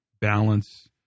Balance